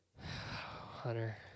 Hunter